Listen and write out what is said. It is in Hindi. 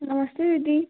नमस्ते दीदी